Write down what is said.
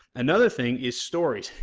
another thing is story,